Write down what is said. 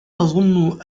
تظن